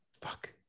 fuck